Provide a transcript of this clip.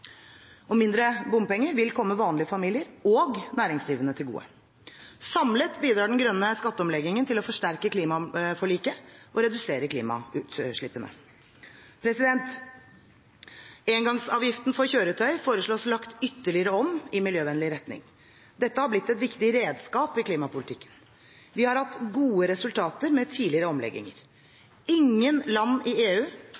Mindre bompenger vil komme vanlige familier og næringsdrivende til gode. Samlet bidrar den grønne skatteomleggingen til å forsterke klimaforliket og redusere klimagassutslippene. Engangsavgiften for kjøretøy foreslås lagt ytterligere om i miljøvennlig retning. Dette er blitt et viktig redskap i klimapolitikken. Vi har hatt gode resultater med tidligere